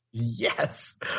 Yes